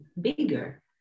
bigger